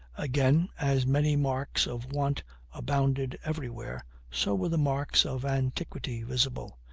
again, as many marks of want abounded everywhere, so were the marks of antiquity visible.